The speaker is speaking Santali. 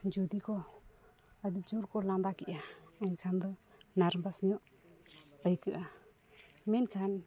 ᱡᱩᱫᱤ ᱠᱚ ᱟᱹᱰᱤ ᱡᱳᱨ ᱠᱚ ᱞᱟᱸᱫᱟ ᱠᱮᱫᱟ ᱮᱱᱠᱷᱟᱱ ᱫᱚ ᱱᱟᱨᱵᱷᱟᱥ ᱧᱚᱜ ᱟᱹᱭᱠᱟᱹᱜᱼᱟ ᱢᱮᱱᱠᱷᱟᱱ